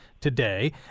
today